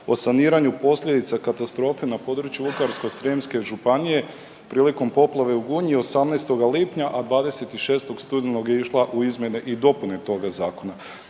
o saniraju posljedica katastrofe na području Vukovarsko-srijemske županije prilikom poplave u Gunji 18. lipnja, a 26. studenog je išla u izmjene i dopune toga Zakona.